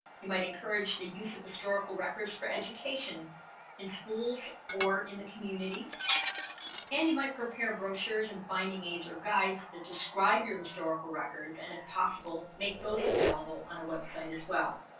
you might encourage the use of historical records for education in schools or in the community and you might prepare brochures and finding aids or guides that describe your historical records and if possible make those available on a website as well